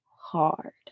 hard